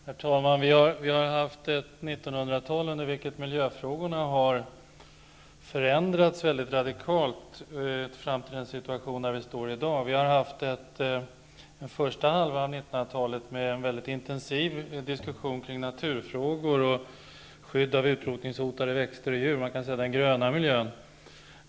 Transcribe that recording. Herr talman! Vi har haft ett 1900-tal, under vilket miljöfrågorna har förändrats mycket radikalt fram till den situation vi har i dag. Den första hälften av 1900-talet hade vi en mycket intensiv diskussion kring naturfrågorna, t.ex. skyddet av utrotningshotade växter och djur -- vad man kan kalla den gröna miljön.